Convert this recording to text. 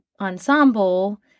ensemble